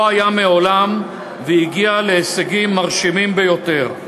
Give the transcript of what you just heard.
היה מעולם והגיע להישגים מרשימים ביותר.